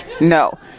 No